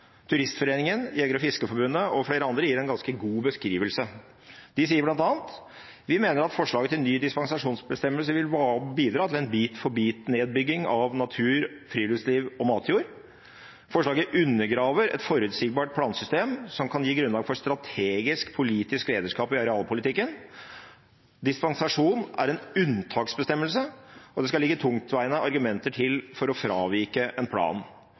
Norges Jeger- og Fiskerforbund og flere andre gir en ganske god beskrivelse. De sier bl.a.: «Vi mener at forslag til ny dispensasjonsbestemmelse vil bidra til en bit for bit nedbygging av natur- og friluftslivsområder og matjord. Forslaget undergraver et forutsigbart plansystem som skal gi grunnlag for strategisk politisk lederskap i arealpolitikken. Dispensasjon er en unntaksbestemmelse, og det skal» tungtveiende argumenter til «for å fravike en plan.